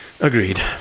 Agreed